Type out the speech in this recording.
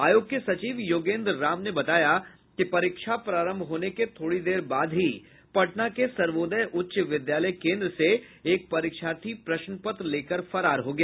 आयोग के सचिव योगेन्द्र राम ने बताया कि परीक्षा प्रारंभ होने के थोड़ी देर बाद ही पटना के सर्वोदय उच्च विद्यालय केन्द्र से एक परीक्षार्थी प्रश्नपत्र लेकर फरार हो गया